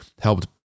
helped